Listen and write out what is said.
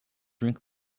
drink